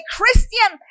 Christian